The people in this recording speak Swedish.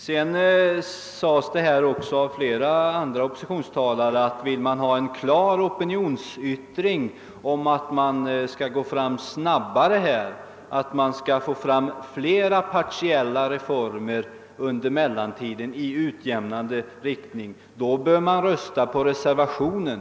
Flera av oppositionssidans talare har framhållit att om vi vill ha en klar opinionsyttring om att utredningsarbetet skall gå snabbare och att partiella reformer i utjämnande riktning skall genomföras under mellantiden, så bör kammarens ledamöter rösta på reservationen.